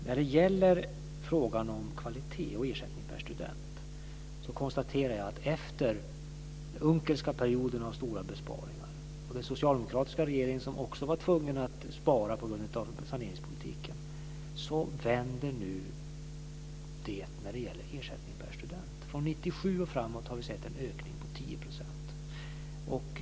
När det gäller frågan om kvalitet och ersättning per student konstaterar jag att efter den Unckelska perioden med stora besparingar och efter de besparingar som den socialdemokratiska regeringen var tvungen att genomföra på grund av saneringspolitiken vänder det nu beträffande ersättning per student. Från 1997 och framåt har vi sett en ökning på 10 %.